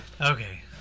Okay